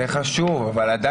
זה חשוב, אבל עדיין